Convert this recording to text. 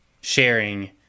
sharing